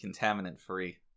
contaminant-free